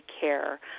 care